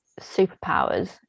superpowers